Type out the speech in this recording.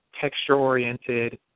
texture-oriented